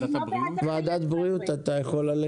אתה יכול ללכת לוועדת הבריאות ולדבר על זה.